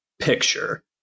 picture